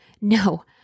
No